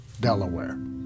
Delaware